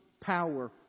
power